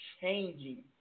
changing